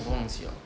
我忘记 liao